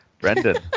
Brendan